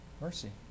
Mercy